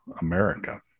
America